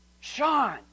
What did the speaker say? Sean